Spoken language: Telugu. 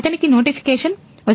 అతనికి నోటిఫికేషన్ వస్తుంది